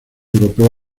europeos